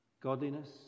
Godliness